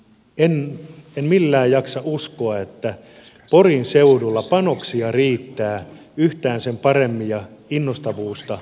en millään jaksa uskoa että porin seudulla panoksia ja innostavuutta riittää yhtään sen paremmin ja kinnusta puusta